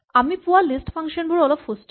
আমি পোৱা list function বোৰ অলপ সুস্হিৰ